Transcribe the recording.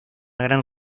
gran